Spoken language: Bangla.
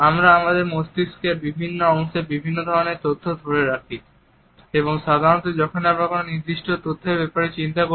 আমরা আমাদের মস্তিষ্কের বিভিন্ন অংশের বিভিন্ন ধরনের তথ্য ধরে রাখি এবং সাধারণত যখন আমরা কোনো নির্দিষ্ট তথ্যের ব্যাপারে চিন্তা করি